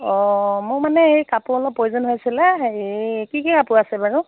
অ মোক মানে এই কাপোৰ অলপ প্ৰয়োজন হৈছিলে হেৰি কি কি কাপোৰ আছে বাৰু